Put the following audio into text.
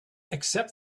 except